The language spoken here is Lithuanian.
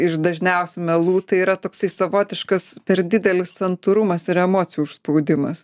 iš dažniausių melų tai yra toksai savotiškas per didelis santūrumas ir emocijų užspaudimas